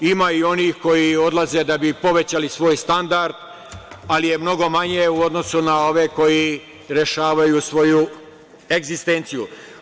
Ima i onih koji odlaze da bi povećali svoj standard, ali je mnogo manje u odnosu na ove koji rešavaju svoju egzistenciju.